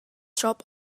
shop